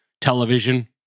television